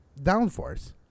downforce